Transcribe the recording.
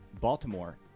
Baltimore